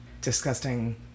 disgusting